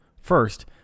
First